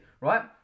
right